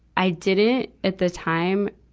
i didn't, at the time,